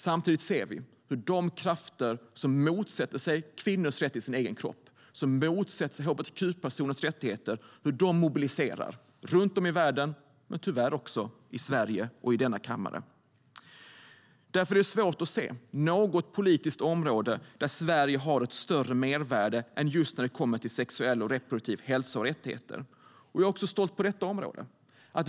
Samtidigt ser vi hur de krafter som motsätter sig kvinnors rätt till sin egen kropp och motsätter sig hbtq-personers rättigheter mobiliserar runt om i världen, tyvärr även i Sverige och i denna kammare. Därför är det svårt att se något politiskt område där Sverige har ett större mervärde än när det kommer till sexuell och reproduktiv hälsa och rättigheter. Jag är stolt också på detta område.